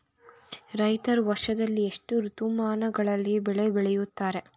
ರೈತರು ವರ್ಷದಲ್ಲಿ ಎಷ್ಟು ಋತುಮಾನಗಳಲ್ಲಿ ಬೆಳೆ ಬೆಳೆಯುತ್ತಾರೆ?